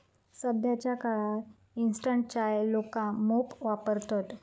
सध्याच्या काळात इंस्टंट चाय लोका मोप वापरतत